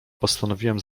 postanowiłem